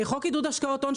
חוק עידוד השקעות הון,